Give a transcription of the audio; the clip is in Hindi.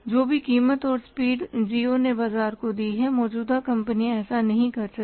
जो भी कीमत और स्पीड जिओ ने बाजार को दी है मौजूदा कंपनियां ऐसा नहीं कर सकी